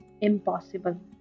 impossible